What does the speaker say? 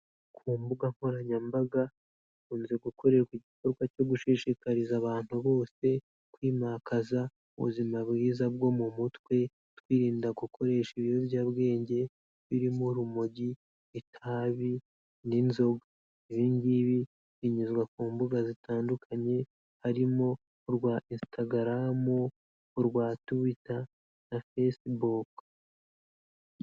Ku mbuga nkoranyambaga hakunze gukorerwa igikorwa cyo gushishikariza abantu bose kwimakaza ubuzima bwiza bwo mu mutwe, twirinda gukoresha ibiyobyabwenge birimo urumogi, itabi, n'inzoga, ibi ngibi binyuzwa ku mbuga zitandukanye harimo urwa Instagram, urwa Twitter, na Facebook.